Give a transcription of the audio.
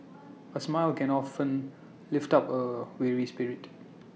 A smile can often lift up A weary spirit